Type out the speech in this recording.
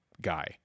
guy